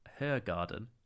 Hergarden